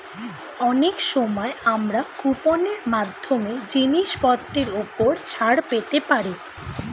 অনেক সময় আমরা কুপন এর মাধ্যমে জিনিসপত্রের উপর ছাড় পেতে পারি